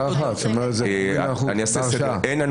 עורכת הדין וגנר, תודה.